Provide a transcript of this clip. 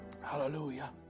hallelujah